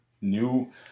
new